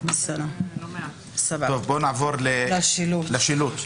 בואו נעבור לשילוט.